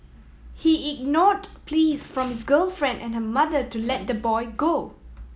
he ignored pleas from his girlfriend and her mother to let the boy go